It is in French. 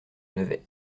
nevers